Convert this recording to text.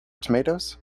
tomatoes